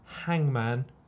Hangman